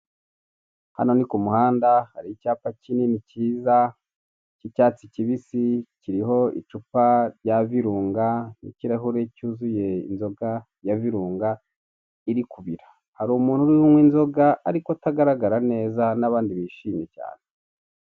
Hano ni ku muhanda hari icyapa kinini kiza k'icyatsi kibisi kiriho icupa rya virunga n'ikirahure cyuzuye inzoga iri kubira. Hari umuntu urimo unywa inzoga ariko utagaragara neza n'abandi bishimye cyane.